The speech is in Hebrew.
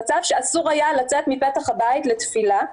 שאסור היה לצאת מפתח הבית לתפילה.